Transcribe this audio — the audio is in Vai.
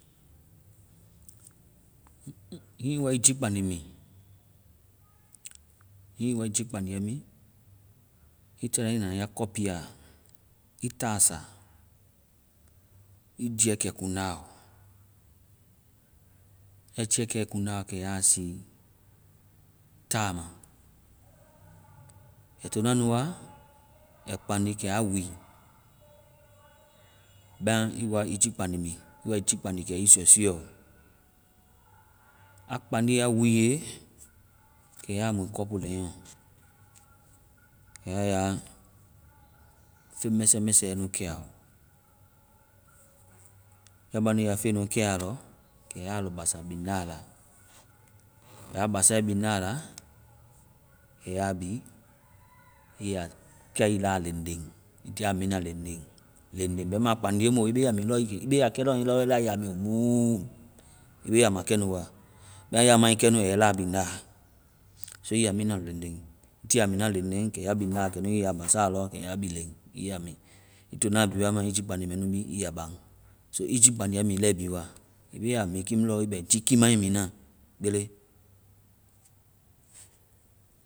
Hiŋi i waa i jii kpandi mi. Hiŋi i wa i jii kpandi mi, i ta ina ya cɔpuɛ a. Ii ta sa. I jiiɛ kɛ kuŋnda ɔ. Ya jiiɛ kɛe kuŋda ɔ, kɛ ya sii ta lɔ. Ai to na nu wa ai kpaŋdi. Kɛ a wii. Bɛma i waa i jii kpaŋdi mi, i waa i jii kpaŋdi kɛ i suɛsuɛɔ. Aa kpaŋdie, aa wiie, kɛ ya mui cɔpu leŋɔ. Kɛ ya ya feŋ mɛsɛmɛsɛ nu kɛ aɔ. Ya bande ya feŋ nu kɛa a lɔ, kɛ ya lɔ basa binda la. Ya basae binda la, kɛ ya bi i ya kɛa i la len len. Ii tia mina len len. Bɛma aa kpandie mu. Ii be a mi lɔ-ii be a kɛna lɔ i la ii ya mu vuuu. Ii be a ma kɛnu wa. Bɛma ya mae kɛnu, a yɛ ii la biŋda. So i ya bi na len len. i tia aa bi na léŋléŋ. Kɛ ya binda, kɛ i ya basa i ya waa i tona jii kpandi mɛ nu mi ii ya baŋ. So ii jii kpandiɛ mi lɛi bi wa. I be a mi kimu lɔ i bɛ jii kimae mina, kpele!